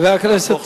חבר הכנסת בן-ארי.